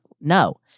No